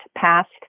passed